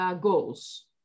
goals